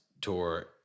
tour